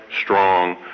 strong